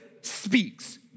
speaks